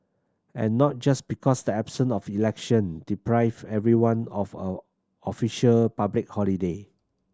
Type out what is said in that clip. and not just because the absence of election deprived everyone of a official public holiday